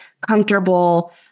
comfortable